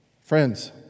Friends